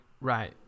right